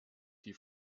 die